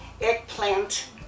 eggplant